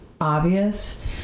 obvious